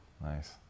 Nice